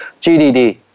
GDD